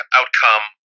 outcome